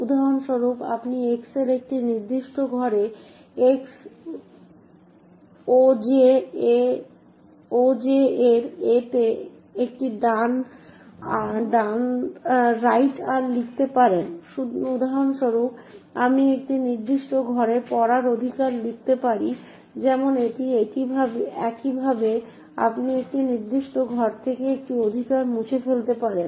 উদাহরণস্বরূপ আপনি X এর একটি নির্দিষ্ট ঘরে X OJ এর A তে একটি ডান R লিখতে পারেন উদাহরণস্বরূপ আমি একটি নির্দিষ্ট ঘরে পড়ার অধিকার লিখতে পারি যেমন এটি একইভাবে আপনি একটি নির্দিষ্ট ঘর থেকে একটি অধিকার মুছে ফেলতে পারেন